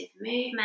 movement